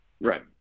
Right